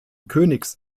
königs